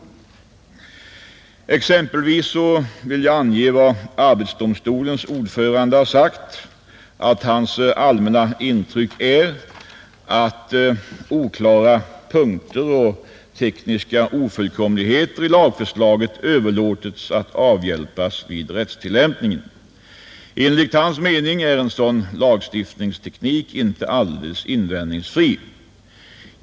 Jag kan exempelvis återge vad arbetsdomstolens ordförande uttalat, nämligen att hans allmänna intryck är att oklara punkter och tekniska ofullkomligheter i lagförslaget överlåtits att avhjälpas vid rättstillämpningen. Enligt hans mening är en sådan lagstiftningsteknik inte alldeles invändningsfri.